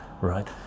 right